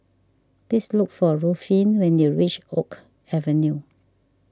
please look for Ruffin when you reach Oak Avenue